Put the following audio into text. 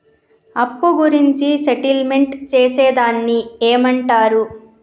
అప్పు గురించి సెటిల్మెంట్ చేసేదాన్ని ఏమంటరు?